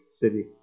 city